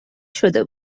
شده